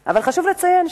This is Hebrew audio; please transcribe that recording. אבל מה הדבר המדהים?